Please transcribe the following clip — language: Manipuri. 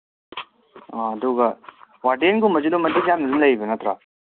ꯑꯥ ꯑꯗꯨꯒ ꯋꯥꯔꯦꯟꯒꯨꯝꯕꯁꯤ ꯑꯗꯨꯝ ꯃꯇꯤꯛ ꯆꯥꯅ ꯑꯗꯨꯝ ꯂꯩꯕ ꯅꯠꯇ꯭ꯔꯣ